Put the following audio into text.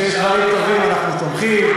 כשיש דברים טובים אנחנו תומכים,